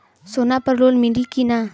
सोना पर लोन मिली की ना?